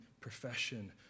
profession